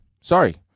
Sorry